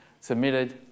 submitted